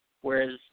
whereas